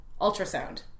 ultrasound